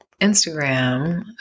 Instagram